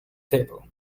table